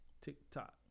TikTok